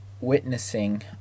witnessing